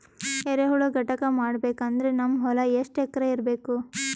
ಎರೆಹುಳ ಘಟಕ ಮಾಡಬೇಕಂದ್ರೆ ನಮ್ಮ ಹೊಲ ಎಷ್ಟು ಎಕರ್ ಇರಬೇಕು?